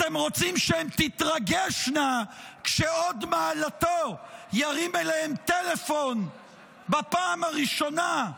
אתם רוצים שהן תתרגשנה כשהוד מעלתו ירים אליהן טלפון בפעם הראשונה,